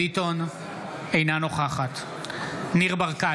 אינה נוכחת ניר ברקת,